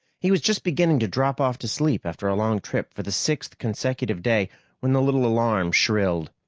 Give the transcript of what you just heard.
he was just beginning to drop off to sleep after a long trip for the sixth consecutive day when the little alarm shrilled.